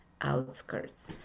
outskirts